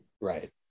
Right